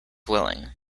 willing